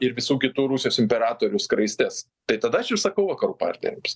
ir visų kitų rusijos imperatorių skraistes tai tada aš ir sakau vakarų partneriams